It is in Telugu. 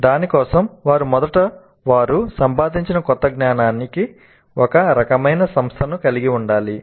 కానీ దాని కోసం వారు మొదట వారు సంపాదించిన కొత్త జ్ఞానానికి ఒక రకమైన సంస్థను కలిగి ఉండాలి